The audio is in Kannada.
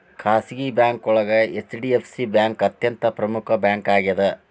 ಖಾಸಗಿ ಬ್ಯಾಂಕೋಳಗ ಹೆಚ್.ಡಿ.ಎಫ್.ಸಿ ಬ್ಯಾಂಕ್ ಅತ್ಯಂತ ಪ್ರಮುಖ್ ಬ್ಯಾಂಕಾಗ್ಯದ